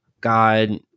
God